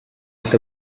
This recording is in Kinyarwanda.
ati